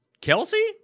Kelsey